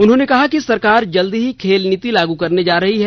उन्होंने कहा कि सरकार जल्द ही खेल नीति लागू करने जा रही है